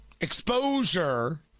exposure